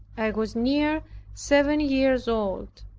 was near seven years old.